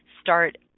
start